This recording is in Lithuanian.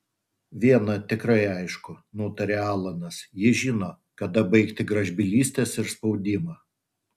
viena tikrai aišku nutarė alanas ji žino kada baigti gražbylystes ir spaudimą